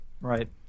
Right